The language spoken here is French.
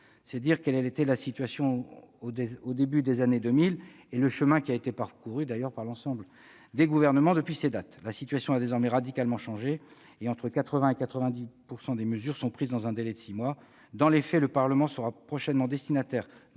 c'est dire ce qu'étaient la situation au début des années 2000 et le chemin qui a été parcouru par l'ensemble des gouvernements depuis lors ! La situation a désormais radicalement changé ; entre 80 % et 90 % des mesures sont prises dans un délai de six mois. Dans les faits, le Parlement sera prochainement destinataire,